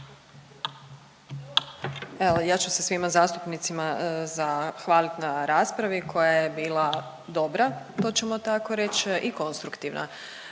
ja ću se svima zastupnicima zahvalit na raspravi koja je bila dobra, to ćemo tako reć i konstruktivna